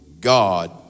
God